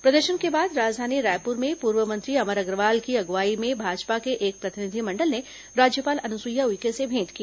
प्रदर्शन के बाद राजधानी रायपुर में पूर्व मंत्री अमर अग्रवाल की अगुवाई में भाजपा के एक प्रतिनिधिमंडल ने राज्यपाल अनुसुईया उइके से भेंट की